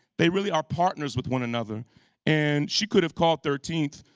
they really are partners with one another and she could have called thirteenth,